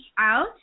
Out